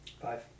Five